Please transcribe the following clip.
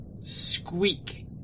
Squeak